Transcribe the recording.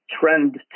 trend